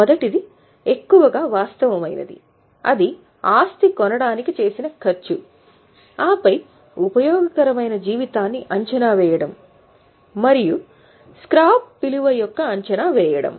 మొదటిది ఎక్కువగా వాస్తవమైనది అది ఆస్తి కొనడానికి చేసిన ఖర్చు ఆపై ఉపయోగకరమైన జీవితాన్ని అంచనా వేయడం మరియు స్క్రాప్ విలువ యొక్క అంచనా వేయడం